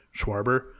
Schwarber